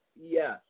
yes